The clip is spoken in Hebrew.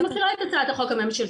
אני מכירה את הצעת החוק הממשלתית,